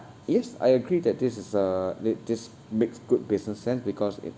yes I agree that this is uh this this makes good business sense because it